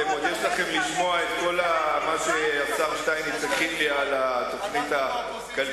עוד יש לכם לשמוע את כל מה שהשר שטייניץ הכין לי על התוכנית הכלכלית,